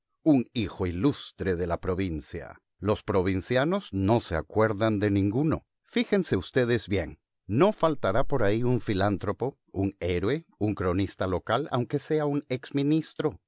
un hijo ilustre de la provincia los provincianos no se acuerdan de ninguno fíjense ustedes bien no faltará por ahí un filántropo un héroe un cronista local aunque sea un